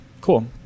cool